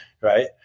right